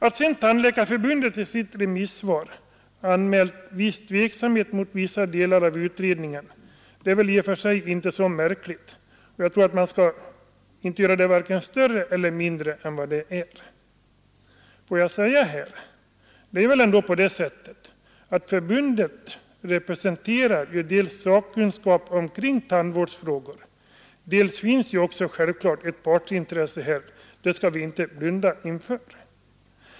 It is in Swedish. Att sedan Tandläkarförbundet i sitt remissvar anmält viss tveksamhet mot vissa delar av utredningen är väl i och för sig inte så märkligt. Jag tror inte att man skall göra detta till en vare sig större eller mindre sak än det är. Förbundet representerar sakkunskap om tandvårdsfrågorna, vidare finns det ett partsintresse i detta sammanhang. Det skall vi inte blunda för.